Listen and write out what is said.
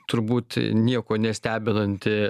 turbūt nieko nestebinanti